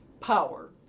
power